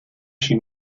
she